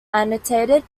annotated